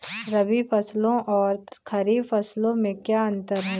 रबी फसलों और खरीफ फसलों में क्या अंतर है?